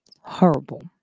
Horrible